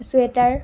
sweater